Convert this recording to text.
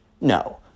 No